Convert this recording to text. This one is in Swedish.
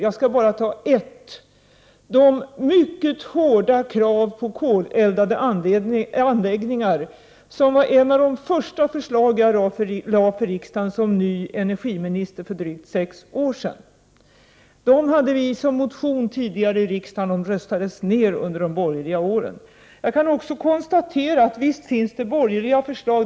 Jag skall bara nämna ett: de mycket hårda krav på koleldade anläggningar som var ett av de första förslag som jag lade fram för riksdagen som ny energiminister för drygt sex år sedan. De kraven hade vi fört fram för riksdagen tidigare i en motion, som röstats ner under de borgerliga åren. Jag kan också konstatera att det visst finns borgerliga förslag.